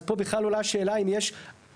אז פה בכלל עולה השאלה אם יש גם,